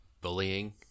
bullying